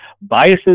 biases